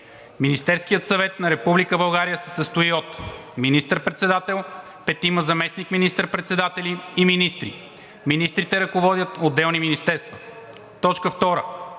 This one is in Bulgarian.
Министерският съвет на Република България се състои от министър-председател, петима заместник министър-председатели и министри. Министрите ръководят отделни министерства. 2.